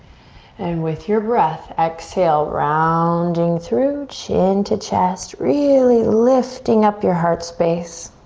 and with your breath exhale, rounding through, chin to chest, really lifting up your heart space.